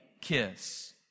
kiss